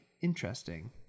interesting